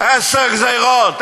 עשר גזירות.